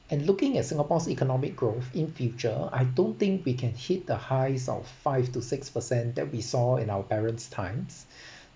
and looking at singapore's economic growth in future I don't think we can hit the highs of five to six percent that we saw in our parents' times